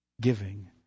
Giving